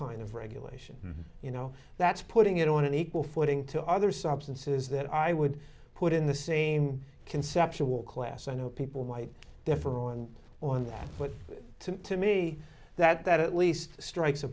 kind of regulation you know that's putting it on an equal footing to other substances that i would put in the same conceptual class i know people might differ on on that but to me that at least strikes a